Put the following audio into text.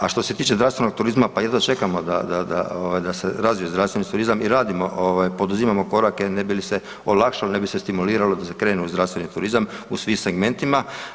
A što se tiče zdravstvenog turizma, pa jedva čekamo da, da, da, ovaj da se razvije zdravstveni turizam i radimo ovaj, poduzimamo korake ne bi li se olakšalo, ne bi li se stimuliralo da se krene u zdravstveni turizam u svim segmentima.